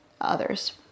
others